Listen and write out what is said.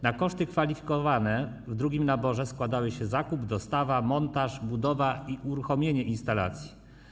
Na koszty kwalifikowane w drugim naborze składały się zakup, dostawa, montaż, budowa i uruchomienie instalacji.